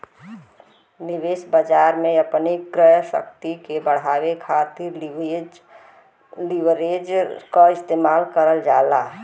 निवेशक बाजार में अपनी क्रय शक्ति के बढ़ावे खातिर लीवरेज क इस्तेमाल करल जाला